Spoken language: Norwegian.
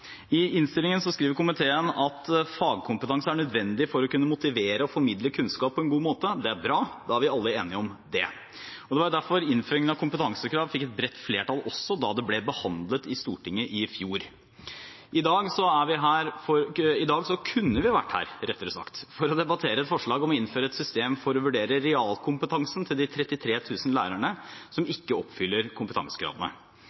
I innstillingen skriver komiteen at «fagkompetanse er nødvendig for å kunne motivere og formidle kunnskap på en god måte». Det er bra, da er vi alle enige om det. Det var derfor innføringen av kompetansekrav også fikk et bredt flertall da det ble behandlet i Stortinget i fjor. I dag kunne vi vært her for å debattere et forslag om å innføre et system for å vurdere realkompetansen til de 33 000 lærerne som